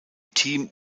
team